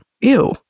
Ew